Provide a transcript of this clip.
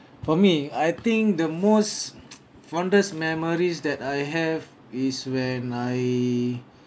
for me I think the most fondest memories that I have is when I